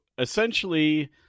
essentially